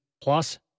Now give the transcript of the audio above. plus